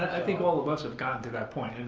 i think all of us have gotten to that point.